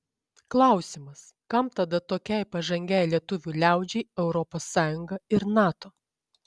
klausimas kam tada tokiai pažangiai lietuvių liaudžiai europos sąjunga ir nato